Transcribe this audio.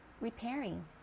repairing